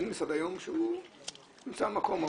אין משרד היום שהוא נמצא היום,